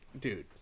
dude